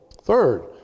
Third